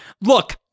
look